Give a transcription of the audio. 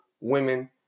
women